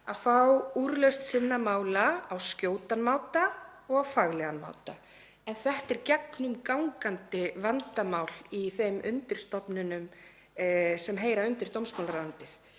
að fá úrlausn sinna mála á skjótan og faglegan máta — en þetta er gegnumgangandi vandamál í þeim undirstofnunum sem heyra undir dómsmálaráðuneytið.